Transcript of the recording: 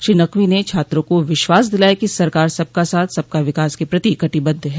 श्री नकवी ने छात्रों को विश्वास दिलाया कि सरकार सबका साथ सबका विकास के प्रति कटिबद्ध है